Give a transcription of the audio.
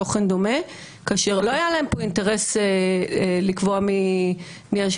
תוכן דומה כאשר לא היה להם פה אינטרס לקבוע מי השלטון